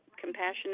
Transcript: compassion